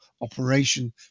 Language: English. operation